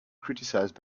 criticized